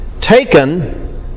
Taken